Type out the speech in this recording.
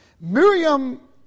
Miriam